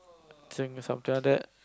think is something like that